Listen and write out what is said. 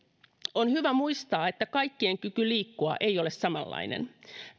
on hyvä muistaa että kaikkien kyky liikkua ei ole samanlainen